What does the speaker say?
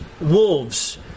wolves